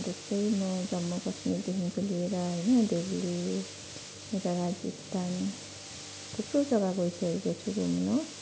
जस्तै म जम्मू कश्मीरदेखिको लिएर होइन दिल्ली यता राजस्थान थुप्रो जग्गा गइसकेको छु घुम्नु